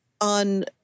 on